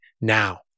now